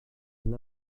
une